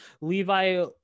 Levi